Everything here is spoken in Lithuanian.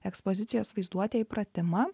ekspozicijos vaizduotėj pratimą